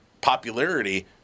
popularity